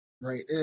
right